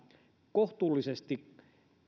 kohtuullisesti